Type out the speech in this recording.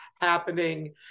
happening